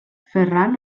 ferran